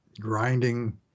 grinding